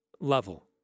level